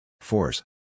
Force